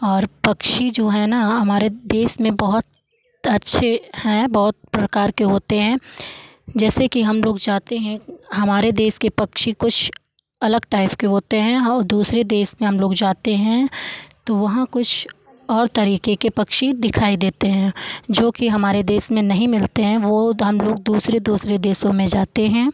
और पक्षी जो है ना हमारे देश में बहुत अच्छे हैं बहुत प्रकार के होते हैं जैसे कि हम लोग जाते हैं हमारे देश के पक्षी कुछ अलग टाइप के होते हैं और दूसरे देश में हम लोग जाते हैं तो वहाँ कुछ और तरीके के पक्षी दिखाई देते हैं जोकि हमारे देश में नहीं मिलते हैं वो हम लोग दूसरे दूसरे देशों में जाते हैं